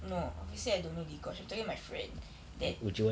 no obviously I don't know dee kosh I'm telling my friend that